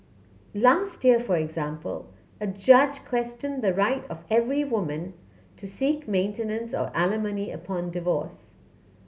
last year for example a judge question the right of every woman to seek maintenance or alimony upon divorce